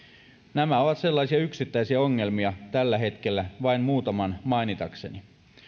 nämä ovat sellaisia yksittäisiä ongelmia tällä hetkellä vain muutaman mainitakseni